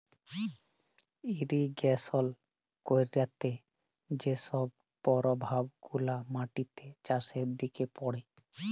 irrigation ক্যইরতে যে ছব পরভাব গুলা মাটিতে, চাষের দিকে পড়ে